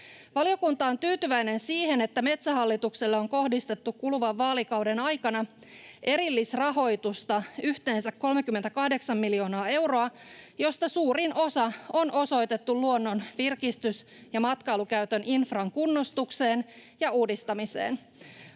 Valiokunta on tyytyväinen siihen, että Metsähallitukselle on kohdistettu kuluvan vaalikauden aikana erillisrahoitusta yhteensä 38 miljoonaa euroa, josta suurin osa on osoitettu luonnon virkistys- ja matkailukäytön infran kunnostukseen ja uudistamiseen.